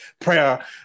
prayer